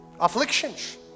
afflictions